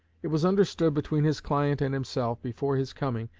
it was understood between his client and himself, before his coming,